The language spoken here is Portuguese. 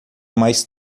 mais